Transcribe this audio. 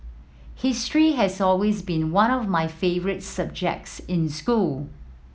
history has always been one of my favourite subjects in school